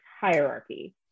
hierarchy